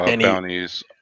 bounties